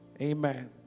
Amen